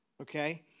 Okay